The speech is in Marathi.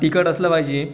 तिखट असलं पाहिजे